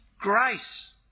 grace